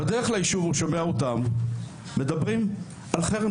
בדרך ליישוב הוא שומע אותם מדברים על חרם